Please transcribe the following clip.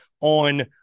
on